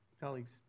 Colleagues